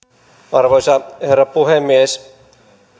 arvoisa herra puhemies